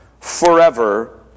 forever